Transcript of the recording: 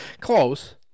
Close